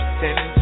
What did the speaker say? ten